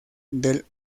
del